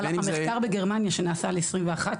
אבל המחקר בגרמניה שנעשה על 22,000,